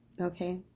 Okay